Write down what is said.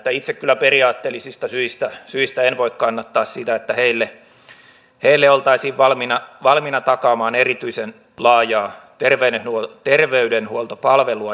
itse kyllä periaatteellisista syistä en voi kannattaa sitä että heille oltaisiin valmiit takaamaan erityisen laajaa terveydenhuoltopalvelua